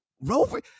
Rover